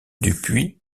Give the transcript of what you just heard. dupuy